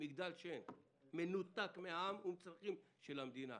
מגדל השן מנותק מן העם ומן הצרכים של המדינה.